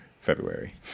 February